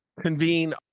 convene